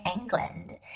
England